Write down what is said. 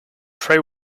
pray